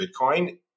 Bitcoin